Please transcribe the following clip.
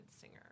singer